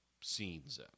scenes